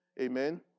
amen